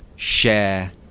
Share